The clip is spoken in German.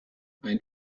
ein